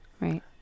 Right